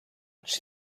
czy